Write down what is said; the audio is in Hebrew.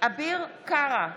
אביר קארה,